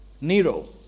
Nero